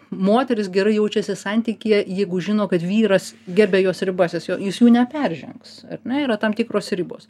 moteris gerai jaučiasi santykyje jeigu žino kad vyras gerbia jos ribas jis jo jis jų neperžengs ar ne yra tam tikros ribos